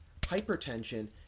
hypertension